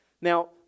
Now